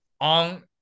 on